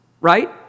Right